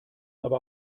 aber